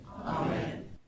Amen